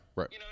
right